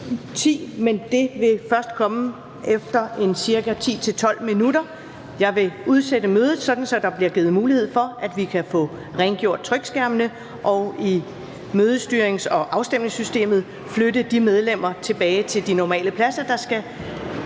10, men det vil først komme på efter ca. 10-12 minutter, for jeg vil udsætte mødet, sådan at der bliver givet mulighed for, at vi kan få rengjort trykskærmene og i mødestyrings- og afstemningssystemet flytte de medlemmer, der skal deltage